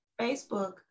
Facebook